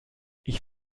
ich